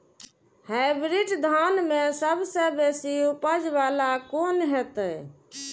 Hybrid धान में सबसे बेसी उपज बाला कोन हेते?